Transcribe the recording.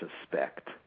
suspect